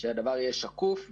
כך שהדבר יהיה שקוף,